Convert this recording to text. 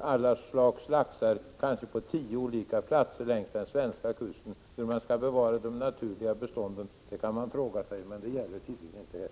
alla slags laxar, kanske på tio olika platser längs den svenska kusten. Hur skall man då kunna bevara det naturliga beståndet? Detta kan man fråga sig, men det gäller tydligen inte här.